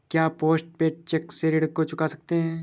क्या post paid cheque से ऋण को चुका सकते हैं?